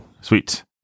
Sweet